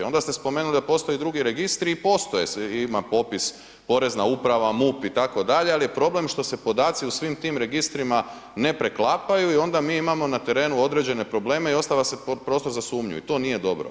Onda ste spomenuli da postoje i drugi registri i postoje, ima popis porezna uprava, MUP itd., al je problem što se podaci u svim tim registrima ne preklapaju i onda mi imamo na terenu određene probleme i ostavlja se prostor za sumnju i to nije dobro.